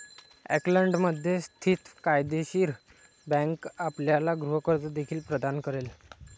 ऑकलंडमध्ये स्थित फायदेशीर बँक आपल्याला गृह कर्ज देखील प्रदान करेल